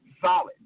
solid